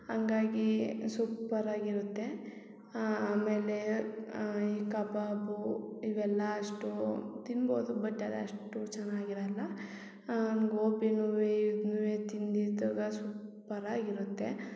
ಹಂಗಾಗಿ ಸೂಪರ್ ಆಗಿರುತ್ತೆ ಆಮೇಲೆ ಈ ಕಬಾಬು ಇವೆಲ್ಲ ಅಷ್ಟು ತಿನ್ಬೋದು ಬಟ್ ಅದು ಅಷ್ಟು ಚೆನ್ನಾಗಿರಲ್ಲ ಗೋಬಿನುವೆ ಇದ್ನುವೆ ತಿಂದಿದ್ದಾಗ ಸೂಪರ್ ಆಗಿರುತ್ತೆ